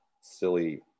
silly